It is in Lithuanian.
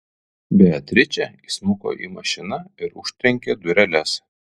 beatričė įsmuko į mašiną ir užtrenkė dureles